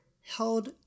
held